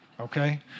Okay